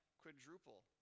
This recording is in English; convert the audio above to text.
quadruple